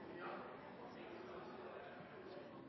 ja. Så er